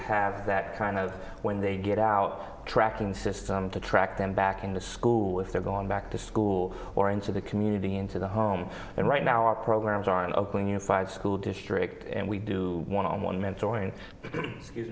have that kind of when they get out tracking system to track them back into school if they're going back to school or into the community into the home and right now our programs are an oakland unified school district and we do want on one ment